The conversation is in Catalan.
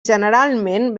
generalment